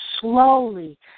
slowly